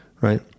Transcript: Right